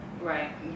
Right